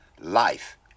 life